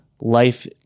life